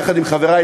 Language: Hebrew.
יחד עם חברי,